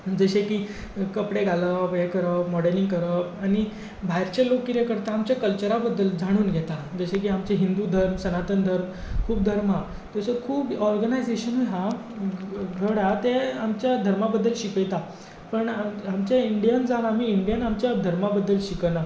जशें की कपडे घालप हें करप मॉडलींग करप आनी भायरचे लोक कितें करता आमच्या कल्चरा बद्दल जाणून घेतात जशें की आमचे हिंदू धर्म सनातन धर्म खूब धर्म आसा तसो खूब ऑर्गनायजेशनूय आसा गड हा ते आमच्या धर्मा बद्दल शिकयता पूण आमच्या इंडियन जान आमी इंडियन आमच्या धर्मा बद्दल शिकना